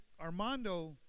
Armando